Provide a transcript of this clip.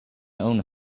own